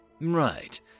Right